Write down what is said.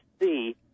see